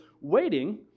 waiting